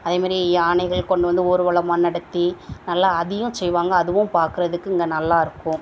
அதே மாரி யானைகள் கொண்டு வந்து ஊர்வலமாக நடத்தி நல்லா அதையும் செய்வாங்க அதுவும் பார்க்குறதுக்கு இங்கே நல்லா இருக்கும்